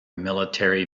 military